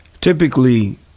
Typically